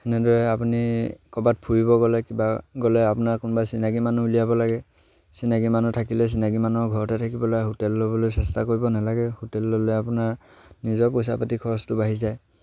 সেনেদৰে আপুনি ক'ৰবাত ফুৰিব গ'লে কিবা গ'লে আপোনাৰ কোনোবা চিনাকি মানুহ উলিয়াব লাগে চিনাকি মানুহ থাকিলে চিনাকি মানুহৰ ঘৰতে থাকিবলৈ হোটেল ল'বলৈ চেষ্টা কৰিব নালাগে হোটেল ল'লে আপোনাৰ নিজৰ পইচা পাতি খৰচটো বাঢ়ি যায়